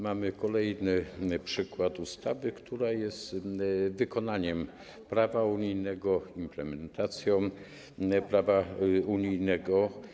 Mamy kolejny przykład ustawy, która jest wykonaniem prawa unijnego, implementacją prawa unijnego.